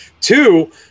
Two